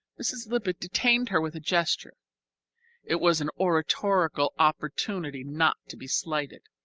mrs. lippett detained her with a gesture it was an oratorical opportunity not to be slighted.